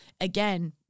again